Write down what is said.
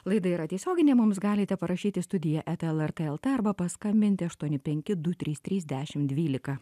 laida yra tiesioginė mums galite parašyti studija eta lrt lt arba paskambinti aštuoni penki du trys trys dešim dvylika